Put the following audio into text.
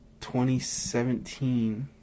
2017